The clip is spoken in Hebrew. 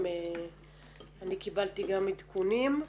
אני קיבלתי גם עדכונים.